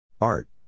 Art